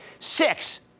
Six